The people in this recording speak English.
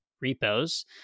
repos